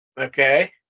Okay